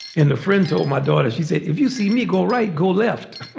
and a friend told my daughter, she said, if you see me, go right, go left.